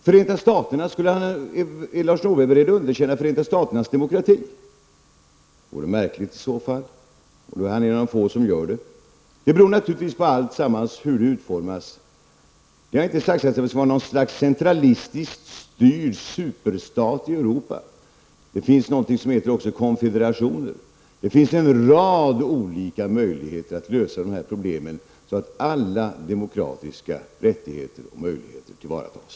Är Lars Norberg beredd att underkänna Förenta staternas demokrati? Det vore märkligt i så fall, och då är han en av de få som gör det. Alltsammans beror naturligtvis på hur det utformas. Det har inte sagts att det skall vara något slags centralistiskt styrd superstat i Europa. Det finns någonting som heter konfederationer, och det finns en rad olika möjligheter att lösa problemen så att alla demokratiska rättigheter och möjligheter tillvaratas.